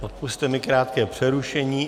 Odpusťte mi krátké přerušení.